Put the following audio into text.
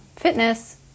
fitness